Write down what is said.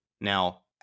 Now